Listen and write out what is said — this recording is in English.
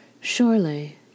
Surely